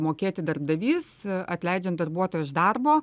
mokėti darbdavys atleidžiant darbuotoją iš darbo